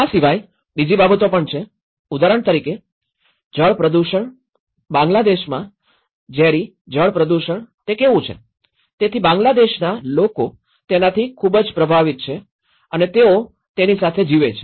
આ સિવાય બીજી બાબતો પણ છે ઉદાહરણ તરીકે જળ પ્રદુષણ બાંગ્લાદેશમાં ઝેરી જળ પ્રદુષણ તે કેવું છે તેથી બાંગ્લાદેશના લોકો તેનાથી ખૂબ જ પ્રભાવિત છે અને તેઓ તેની સાથે જીવે છે